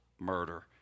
murder